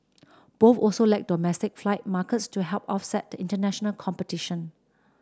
both also lack domestic flight markets to help offset the international competition